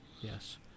yes